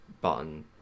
button